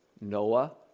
Noah